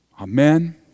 Amen